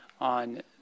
on